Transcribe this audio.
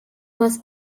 was